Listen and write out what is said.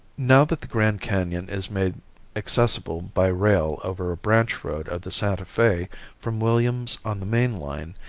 now that the grand canon is made accessible by rail over a branch road of the santa fe from williams on the main line,